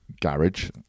garage